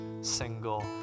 single